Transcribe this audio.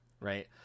right